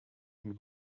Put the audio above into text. und